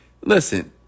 Listen